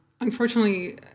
unfortunately